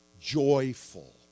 joyful